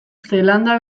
zeelanda